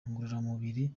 ngororamubiri